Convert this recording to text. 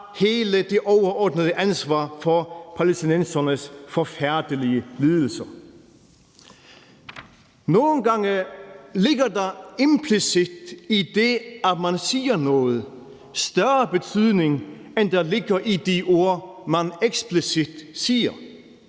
hele det overordnede ansvar for palæstinensernes forfærdelige lidelser. Nogle gange ligger der implicit i det, at man siger noget, større betydning, end der ligger i de ord, man eksplicit siger.